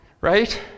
Right